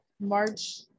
March